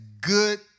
good